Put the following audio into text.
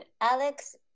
Alex